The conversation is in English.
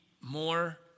more